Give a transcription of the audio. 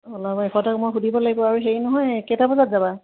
অলপ এখেতক মই সুধিব লাগিব আৰু হেৰি নহয় কেইটা বজাত যাবা